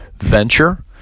venture